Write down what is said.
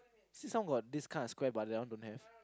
see some got this kind of square but that one don't have